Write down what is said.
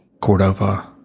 Cordova